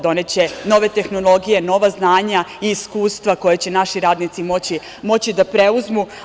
Doneće nove tehnologije, nova znanja i iskustva koje će naši radnici moći da preuzmu.